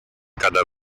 cada